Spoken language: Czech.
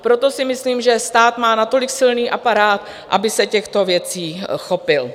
Proto si myslím, že stát má natolik silný aparát, aby se těchto věcí chopil.